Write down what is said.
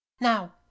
Now